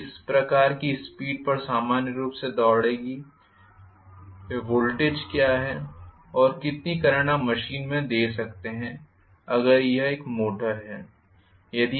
यह किस प्रकार की स्पीड पर सामान्य रूप से दौड़ेगी है यह वोल्टेज क्या है और कितनी करंट आप मशीन में दे सकते हैं अगर यह एक मोटर है